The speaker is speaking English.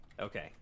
Okay